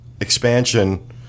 expansion